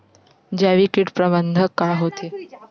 जैविक कीट प्रबंधन का होथे?